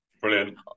brilliant